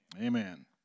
amen